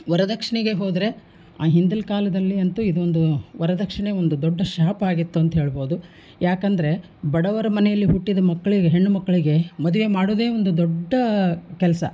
ವರದಕ್ಷಿಣೆಗೆ ಹೋದ್ರೆ ಆ ಹಿಂದಿಲ್ ಕಾಲದಲ್ಲಿ ಅಂತು ಇದೊಂದು ವರದಕ್ಷಿಣೆ ಒಂದು ದೊಡ್ಡ ಶಾಪ ಆಗಿತ್ತು ಅಂತ ಹೇಳ್ಬೋದು ಯಾಕಂದರೆ ಬಡವರ ಮನೆಯಲ್ಲಿ ಹುಟ್ಟಿದ ಮಕ್ಳಿಗೆ ಹೆಣ್ಣುಮಕ್ಳಿಗೆ ಮದುವೆ ಮಾಡೋದೇ ಒಂದು ದೊಡ್ಡ ಕೆಲಸ